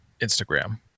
Instagram